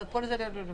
אז כל זה לא רלוונטי.